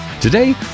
Today